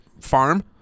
farm